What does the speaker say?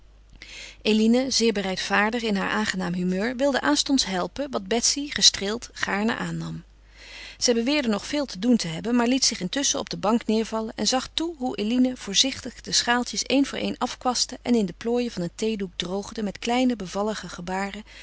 eline zeer bereidvaardig in haar aangenaam humeur wilde aanstonds helpen wat betsy gestreeld gaarne aannam zij beweerde nog veel te doen te hebben maar liet zich intusschen op de bank neêrvallen en zag toe hoe eline voorzichtig de schaaltjes éen voor éen afkwastte en in de plooien van een theedoek droogde met kleine bevallige gebaren